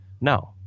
No